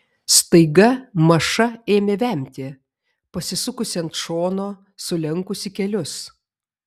staiga maša ėmė vemti pasisukusi ant šono sulenkusi kelius